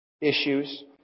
issues